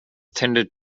tended